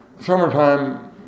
summertime